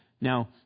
Now